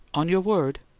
on your word?